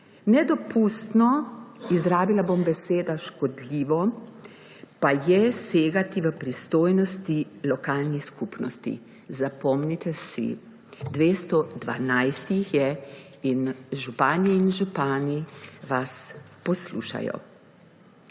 Nedopustno, izrabila bom besedo škodljivo, pa je segati v pristojnosti lokalnih skupnosti. Zapomnite si, 212 jih je in župani in županje vas poslušajo.